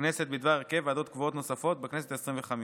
הכנסת בדבר הרכב ועדות קבועות נוספות בכנסת העשרים-וחמש.